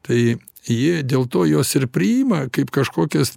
tai jie dėl to juos ir priima kaip kažkokias